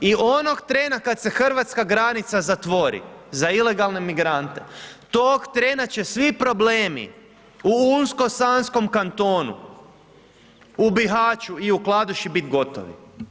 I onog trena kada se hrvatska granica zatvori za ilegalne migrante, tog trena će svi problemi u Unsko-sanskom kantonu u Bihaću i u Kladuši biti gotovi.